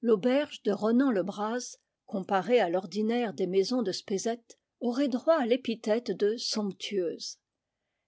l'auberge de ronan le braz comparée à l'ordinaire des maisons de spézet aurait droit à l'épithète de somptueuse